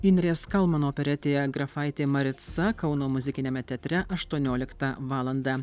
indrės kalmano operetėje grafaitė marica kauno muzikiniame teatre aštuonioliktą valandą